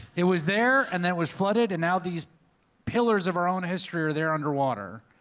it was there, and then it was flooded, and now these pillars of our own history are there underwater.